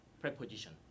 preposition